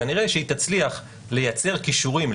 כנראה שהיא תצליח לייצר קישורים,